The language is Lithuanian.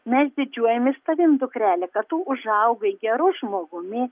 mes didžiuojamės tavim dukrele kad tu užaugai geru žmogumi